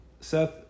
Seth